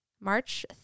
March